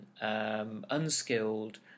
unskilled